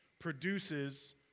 produces